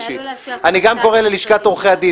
זה עלול להשפיע --- אני גם קורא ללשכת עורכי הדין,